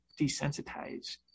desensitize